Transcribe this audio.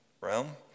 realm